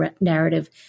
narrative